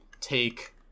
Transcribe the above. take